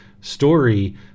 story